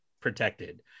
protected